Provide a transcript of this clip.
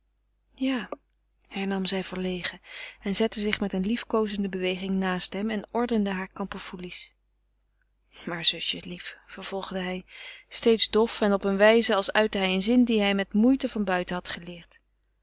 ja hernam zij verlegen en zette zich met eene liefkoozende beweging naast hem en ordende hare kamperfoelies maar zusje lief vervolgde hij steeds dof en op een wijze als uitte hij een zin dien hij met moeite van buiten had geleerd